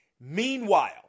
Meanwhile